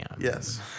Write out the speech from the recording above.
Yes